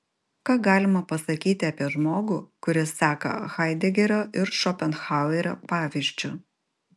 ką galima pasakyti apie žmogų kuris seka haidegerio ir šopenhauerio pavyzdžiu